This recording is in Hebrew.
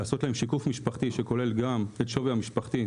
לעשות להם שיקוף משפחתי שכולל גם את השווי המשפחתי,